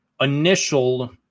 initial